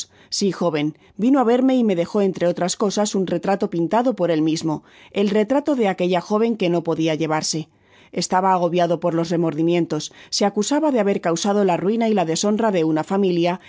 si jóven vino á verme y me dejo entre otras cosas un retrato pintado por él mismo el retrato de aquella joven que no podia llevarse estaba agoviado por los remordimientos se acusaba de haber causado la ruina y la deshonra de una familia